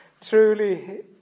Truly